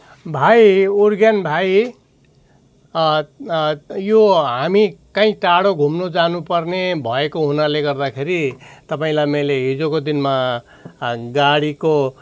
भाइ उर्गेन भाइ यो हामी कहीँ टाढो घुम्नु जानु पर्ने भएको हुनाले गर्दाखेरि तपाईँलाई मैले हिजोको दिनमा गाडीको